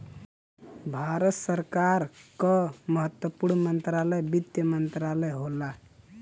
भारत सरकार क महत्वपूर्ण मंत्रालय वित्त मंत्रालय होला